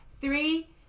Three